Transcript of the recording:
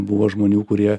buvo žmonių kurie